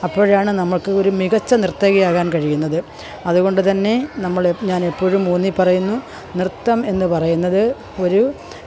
അപ്പോഴാണ് നമുക്ക് ഒരു മികച്ച നിര്ത്തകിയാകാന് കഴിയുന്നത് അതുകൊണ്ട് തന്നെ നമ്മളെപ്പോഴും ഞാനെപ്പോഴും ഊന്നിപ്പറയുന്നു നൃത്തം എന്ന് പറയുന്നത് ഒരു